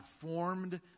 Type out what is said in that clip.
formed